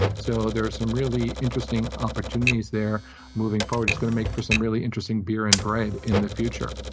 so there's some really interesting opportunities there moving forward. it's going to make for some really interesting beer and bread in the future.